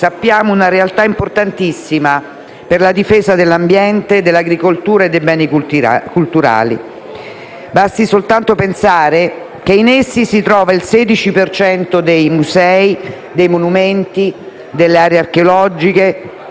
rappresentano una realtà importantissima per la difesa dell'ambiente, dell'agricoltura e dei beni culturali. Basti pensare che in essi si trova il 16 per cento dei musei, dei monumenti e delle aree archeologiche